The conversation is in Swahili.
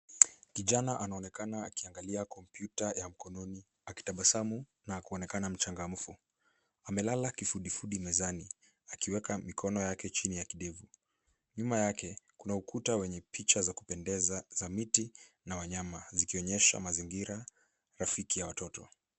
Kijana anaonekana akiangalia kompyuta ya mkononi, akitabasamu na kuonekana mchangamfu. Amelala kifudifudi mezani, akiweka mikono yake chini ya kidevu. Nyuma yake, kuna ukuta wenye picha za kupendeza za miti na wanyama, zikionyesha mazingira rafiki ya watoto.